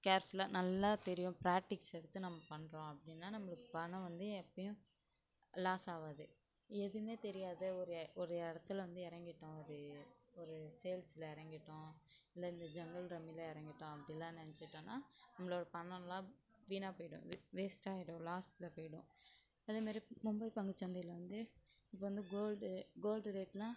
கேர்ஃபுல்லாக நல்லா தெரியும் ப்ராக்டிக்ஸ் எடுத்து நம்ம பண்ணுறோம் அப்படின்னா நம்பளுக்கு பணம் வந்து எப்பையும் லாஸ் ஆகாது எதுவுமே தெரியாத ஒரு ஒரு இடத்துல வந்து இறங்கிட்டோம் அது ஒரு சேல்ஸில் இறங்கிட்டோம் இல்லை இந்த ஜங்குள் ரம்மியில் இறங்கிட்டோம் அப்படிலாம் நெனைச்சிட்டோனா நம்மளோட பணோம்லாம் வீணாக போய்டும் வேஸ்ட்டாயிடும் லாஸில் போய்டும் அதே மாதிரி மும்பை பங்கு சந்தையில் வந்து இப்போ வந்து கோல்டு கோல்டு ரேட்டெலாம்